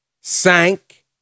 sank